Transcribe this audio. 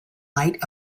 light